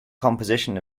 composition